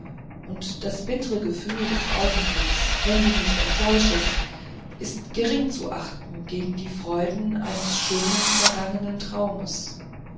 und das bittre gefühl des augenblicks wenn du mich enttäuschest ist geringzuachten gegen die freuden eines schönen vergangenen traumes